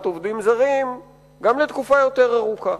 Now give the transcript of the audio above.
עובדים זרים גם לתקופה יותר ארוכה.